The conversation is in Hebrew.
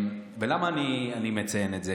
ולמה אני מציין את זה?